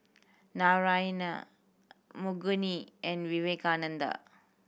Narayana Makineni and Vivekananda